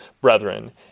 brethren